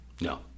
No